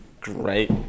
great